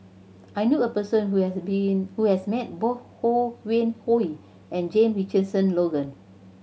I knew a person who has being who has met both Ho Yuen Hoe and Jame Richardson Logan